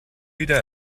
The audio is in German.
wieder